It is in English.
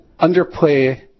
underplay